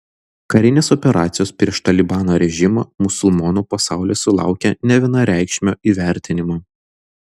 karinės operacijos prieš talibano režimą musulmonų pasaulyje sulaukė nevienareikšmio įvertinimo